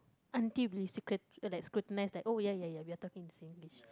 aunty basically like shrewdness like oh ya ya ya we are talking Singlish